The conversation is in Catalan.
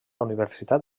universitat